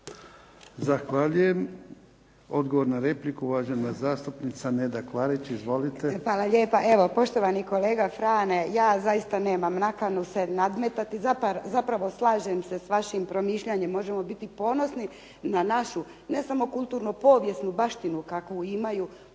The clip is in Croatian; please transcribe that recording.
Zahvaljujem. Odgovor na repliku, uvažena zastupnica Neda Klarić. Izvolite. **Klarić, Nedjeljka (HDZ)** Hvala lijepa. Evo poštovani kolega Frane, ja zaista nemam nakanu se nadmetati, zapravo slažem se sa svojim promišljanjem možemo biti ponosni na našu ne samo kulturnu povijesnu baštinu kakvu imaju